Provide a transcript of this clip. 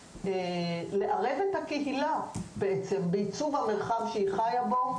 לערב את הקהילה בייצור המרחב שהיא חיה בו.